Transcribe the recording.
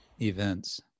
events